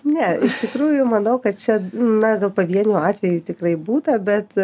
ne iš tikrųjų manau kad čia na gal pavienių atvejų tikrai būta bet